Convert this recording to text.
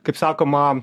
kaip sakoma